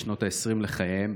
בשנות העשרים לחייהם,